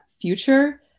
future